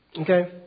Okay